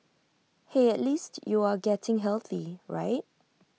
hey at least you are getting healthy right